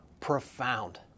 Profound